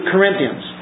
Corinthians